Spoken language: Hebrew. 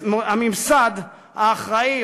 הממסד האחראי,